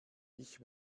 ich